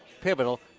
pivotal